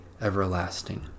everlasting